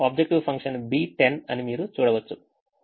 objective function B10 అని మీరు చూడవచ్చు